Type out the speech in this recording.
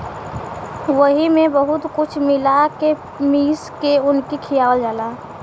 वही मे बहुत कुछ मिला के मीस के उनके खियावल जाला